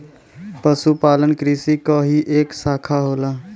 पशुपालन कृषि क ही एक साखा होला